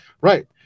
right